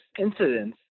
incidents